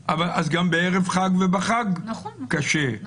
אז גם בערב חג והחג קשה,